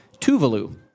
Tuvalu